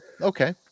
Okay